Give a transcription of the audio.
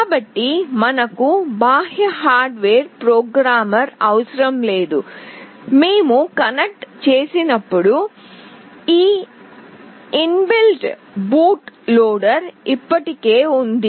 కాబట్టి మనకు బాహ్య హార్డ్ వేర్ ప్రోగ్రామర్ అవసరం లేదు మేము కనెక్ట్ చేసినప్పుడు ఈ ఇన్బిల్ట్ బూట్ లోడర్ ఇప్పటికే ఉంది